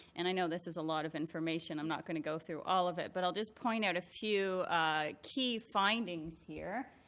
and i know this is a lot of information. i'm not going to go through all of it. but i'll just point out a few key findings here.